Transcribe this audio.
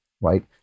Right